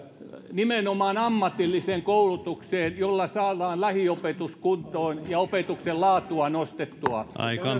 nimenomaan ammatilliseen koulutukseen millä saadaan lähiopetus kuntoon ja opetuksen laatua nostettua